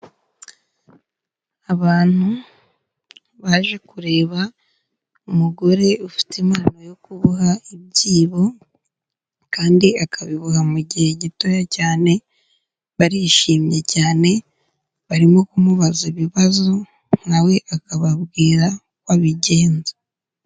Abantu baje kureba umugore ufite impano yo kuboha ibyibo kandi akabiboha mu gihe gitoya cyane, barishimye cyane, barimo kumubaza ibibazo, na we akababwira uko abigenza.